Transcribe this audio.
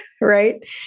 Right